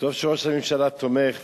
וטוב שראש הממשלה תומך,